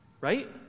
Right